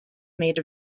made